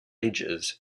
ages